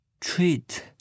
Treat